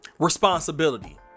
responsibility